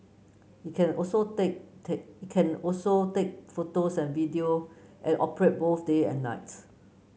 it can also take take it can also take photos and video and operate both day and night